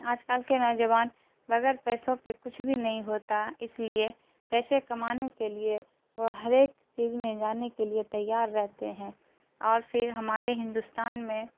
آج کل کے نوجوان بغیر پیسوں کے کچھ بھی نہیں ہوتا اس لیے پیسے کمانے کے لیے وہ ہر ایک چیز میں جانے کے لیے تیار رہتے ہیں اور پھر ہمارے ہندوستان میں